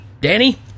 Danny